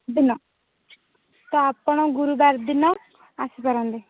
ଦିନ ତ ଆପଣ ଗୁରୁବାର ଦିନ ଆସିପାରନ୍ତି